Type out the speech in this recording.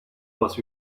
was